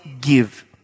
give